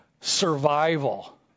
survival